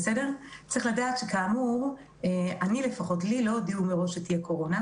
צריך לדעת שלי לא הודיעו מראש שתהיה קורונה,